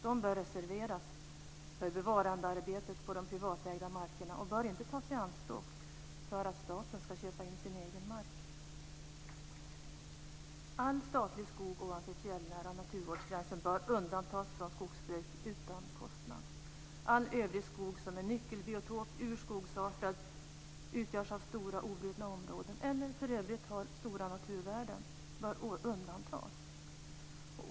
De bör reserveras för bevarandearbetet på de privatägda markerna och bör inte tas i anspråk för att staten ska köpa in sin egen mark. All statlig skog ovanför den fjällnära naturvårdsgränsen bör undantas från skogsbruk utan kostnad. All övrig skog som är nyckelbiotop, urskogsartad, utgörs av stora obrutna områden eller för övrigt har stora naturvärden bör undantas.